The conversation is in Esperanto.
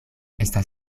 estas